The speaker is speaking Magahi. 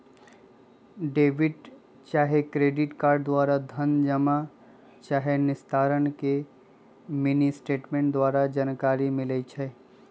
डेबिट चाहे क्रेडिट कार्ड द्वारा धन जमा चाहे निस्तारण के मिनीस्टेटमेंट द्वारा जानकारी मिलइ छै